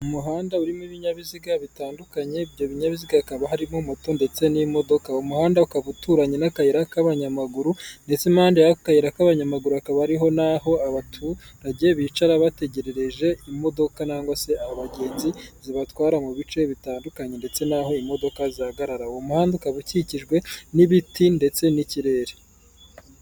Mu muhanda urimo ibinyabiziga bitandukanye, ibyo binyabiziga bikaba harimo moto, ndetse n'imodoka, umuhanda ukaba uturanye n'akayira k'abanyamaguru, ndetse impande y'akayira k'abanyamaguru, hakaba hariho n'aho abaturage bicara bategerereje imodoka, nangwa se abagenzi, zibatwara mu bice bitandukanye, ndetse n'aho imodoka zihagarara, umuhanda ukaba ukikijwe n'ibiti ndetse n'ikirere.